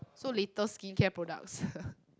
so latest skincare products